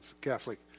Catholic